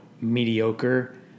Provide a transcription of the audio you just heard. mediocre